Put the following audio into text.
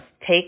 Take